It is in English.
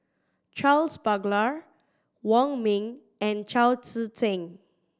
Charles Paglar Wong Ming and Chao Tzee Cheng